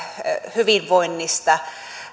hyvinvoinnista